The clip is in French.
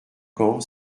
camp